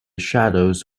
shadows